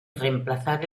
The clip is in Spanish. reemplazar